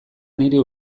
nire